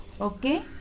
okay